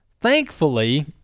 thankfully